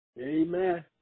Amen